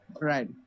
Right